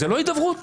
היו לי דרישות